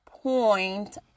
point